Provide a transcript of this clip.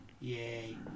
Yay